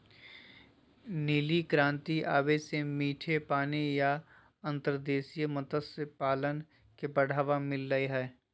नीली क्रांति आवे से मीठे पानी या अंतर्देशीय मत्स्य पालन के बढ़ावा मिल लय हय